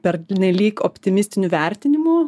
pernelyg optimistinių vertinimų